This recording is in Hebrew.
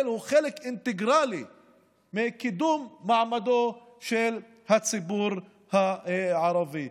הוא חלק אינטגרלי מקידום מעמדו של הציבור הערבי.